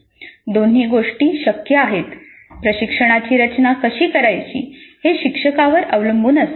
दोन्ही गोष्टी शक्य आहेत प्रशिक्षणाची रचना कशी करायची हे शिक्षकावर अवलंबून असते